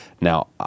Now